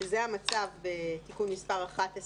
שזה המצב בתיקון מספר 11,